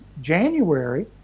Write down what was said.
January